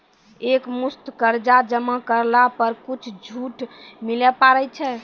एक मुस्त कर्जा जमा करला पर कुछ छुट मिले पारे छै?